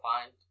find